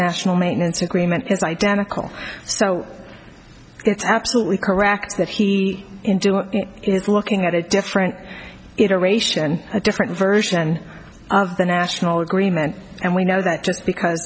national maintenance agreement is identical so it's absolutely correct that he is looking at a different iteration a different version of the national agreement and we know that just because